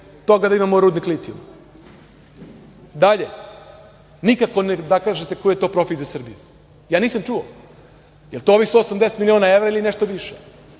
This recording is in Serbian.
toga da imamo rudnik litijuma. Dalje, nikako da kažete koji je to profit za Srbiju. Ja nisam čuo, jel to ovih 180 miliona evra ili nešto više?